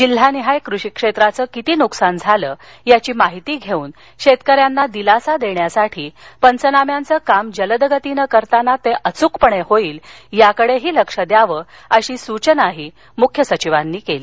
जिल्हानिहाय कृषीक्षेत्राचं किती नुकसान झाले याची माहिती घेऊन शेतकऱ्यांना दिलासा देण्यासाठी पंचनाम्यांचं काम जलद गतीनं करताना ते अचूकपणे होईल याकडे लक्ष द्यावं अशी सूचनाही मुख्य सचिवांनी केली